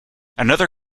another